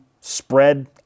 spread